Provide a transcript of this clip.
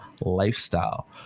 lifestyle